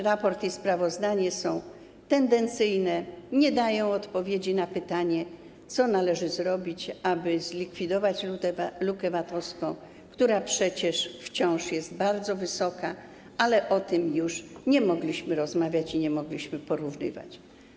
Raport i sprawozdanie są tendencyjne, nie dają odpowiedzi na pytanie, co należy zrobić, aby zlikwidować lukę VAT-owską, która przecież wciąż jest bardzo duża, ale o tym już nie mogliśmy rozmawiać i nie mogliśmy tego porównywać.